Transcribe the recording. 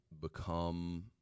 become